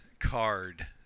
card